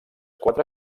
quatre